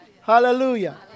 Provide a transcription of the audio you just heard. Hallelujah